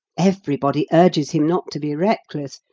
everybody urges him not to be reckless,